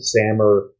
Sammer